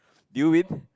did you win